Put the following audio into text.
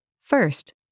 First